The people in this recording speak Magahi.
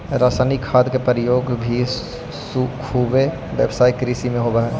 रसायनिक खाद के प्रयोग भी खुबे व्यावसायिक कृषि में होवऽ हई